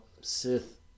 Sith